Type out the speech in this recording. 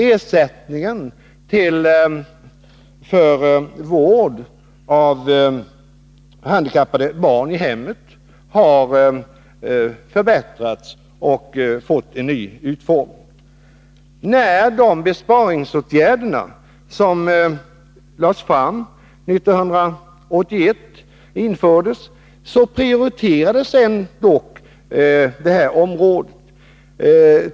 Ersättningen för vård av handikappade barn i hemmet har förbättrats och fått en ny utformning. När de förslag till besparingsåtgärder som lades fram 1981 genomfördes, prioriterades ändock det här området.